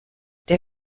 der